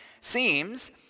seems